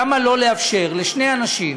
למה לא לאפשר לשני אנשים,